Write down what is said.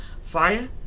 Fire